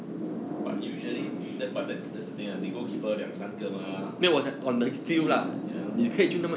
but usually tha~ but that that's the thing ah 你 goalkeeper 两三个吗 ya lah